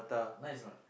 nice a not